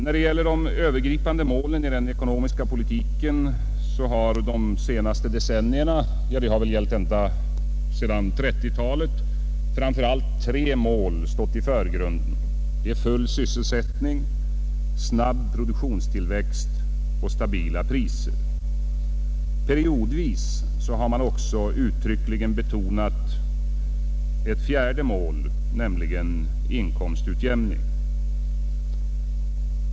När det gäller de övergripande målen i den ekonomiska politiken har ända sedan 1930-talet framför allt tre mål stått i förgrunden — full sysselsättning, snabb produktionstillväxt och stabila priser. Periodvis har man också uttryckligen betonat ett fjärde mål, nämligen inkomstutjämning.